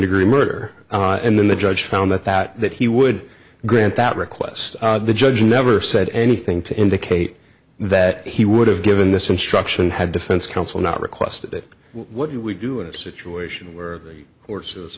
degree murder and then the judge found that that that he would grant that request the judge never said anything to indicate that he would have given this instruction had defense counsel not requested it what do we do in a situation where horses